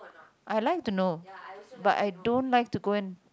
I like to know but I don't like to go and